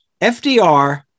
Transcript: FDR